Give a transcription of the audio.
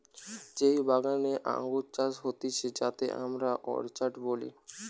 যেই বাগানে আঙ্গুর চাষ হতিছে যাতে আমরা অর্চার্ড বলি